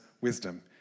wisdom